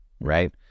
Right